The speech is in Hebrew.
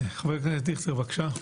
חבר הכנסת דיכטר, בבקשה.